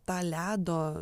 tą ledo